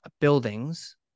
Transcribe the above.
buildings